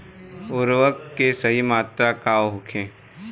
उर्वरक के सही मात्रा का होखे?